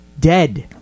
dead